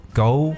go